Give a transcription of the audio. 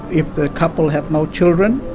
if the couple have no children,